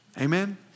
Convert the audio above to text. Amen